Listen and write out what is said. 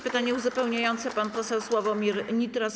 Pytanie uzupełniające, pan poseł Sławomir Nitras.